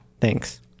thanks